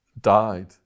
died